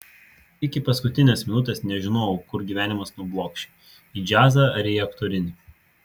iki paskutinės minutės nežinojau kur gyvenimas nublokš į džiazą ar į aktorinį